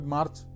March